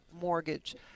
mortgage